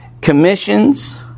commissions